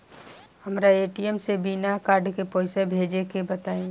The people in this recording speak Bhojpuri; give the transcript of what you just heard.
हमरा ए.टी.एम से बिना कार्ड के पईसा भेजे के बताई?